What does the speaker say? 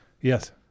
Yes